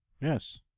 Yes